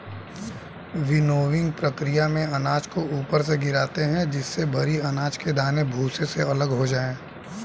विनोविंगकी प्रकिया में अनाज को ऊपर से गिराते है जिससे भरी अनाज के दाने भूसे से अलग हो जाए